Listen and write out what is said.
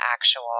actual